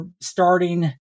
starting